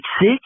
six